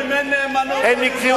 אין נאמנות, חברי